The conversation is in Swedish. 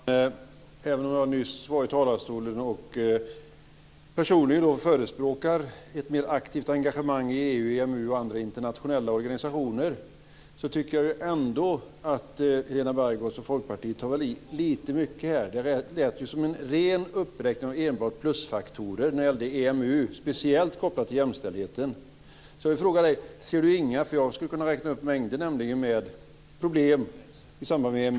Fru talman! Även om jag nyss var i talarstolen och personligen förespråkar ett mer aktivt engagemang i EU, EMU och andra internationella organisationer tycker jag ändå att Helena Bargholtz och Folkpartiet tar i lite mycket här. Det lät som en ren uppräkning av enbart plusfaktorer när det gäller EMU, speciellt kopplat till jämställdheten. Jag skulle kunna räkna upp mängder med problem i samband med EMU.